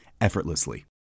effortlessly